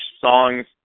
songs